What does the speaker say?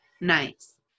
nice